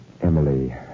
Emily